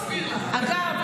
אגב,